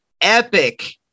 epic